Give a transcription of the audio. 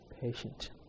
patient